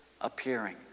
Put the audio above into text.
appearing